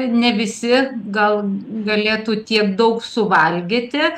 ne visi gal galėtų tiek daug suvalgyti